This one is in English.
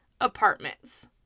apartments